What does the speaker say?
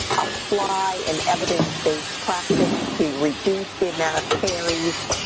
apply an evidence-based practice to reduce the amount of caries